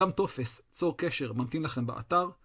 גם טופס צור קשר ממתין לכם באתר.